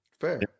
Fair